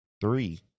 Three